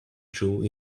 true